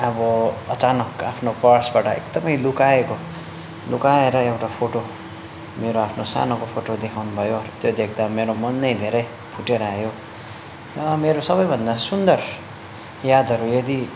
अब अचानक आफ्नो पर्सबाट एकदमै लुकाएको लुकाएर एउटा फोटो मेरो आफ्नो सानोको फोटो देखाउनु भयो त्यो देख्दा मेरो मन नै धेरै फुटेर आयो मेरो सबैभन्दा सुन्दर यादहरू यदि